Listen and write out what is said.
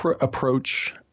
approach